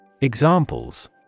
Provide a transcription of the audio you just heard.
Examples